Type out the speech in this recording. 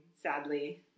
sadly